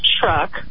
truck